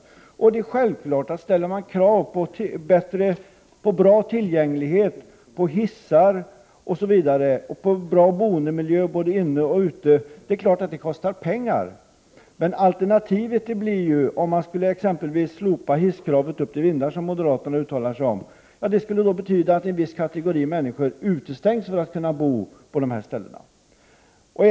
Självfallet kostar det pengar om man ställer krav på bra tillgänglighet, hissar, bra boendemiljö både inne och ute osv. Alternativet blir ju, om man exempelvis skulle slopa kravet på att vindsvåningen skall kunna nås med hiss, som moderaterna uttalar sig för, att en viss kategori människor utestängs från möjligheten att bo i dessa hus.